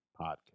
Podcast